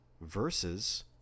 Versus